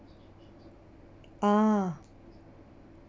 ah